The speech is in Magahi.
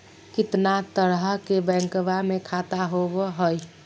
कितना तरह के बैंकवा में खाता होव हई?